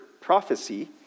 prophecy